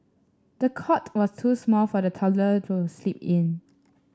the cot was too small for the toddler to sleep in